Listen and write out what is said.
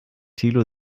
thilo